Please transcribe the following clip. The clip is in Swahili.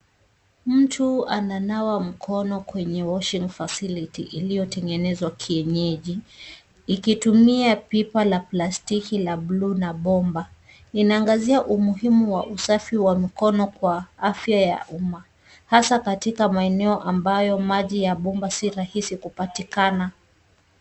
Mtu ananawa mkono kwenye washing facility iliyotengenezwa kienyeji ikitumia pipa la plastiki la bluu na bomba. Inaangazia umuhimu wa usafi wa mikono kwa afya ya umma, hasa katika maeneo ambayo maji ya bomba si rahisi kupatikana.